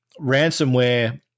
ransomware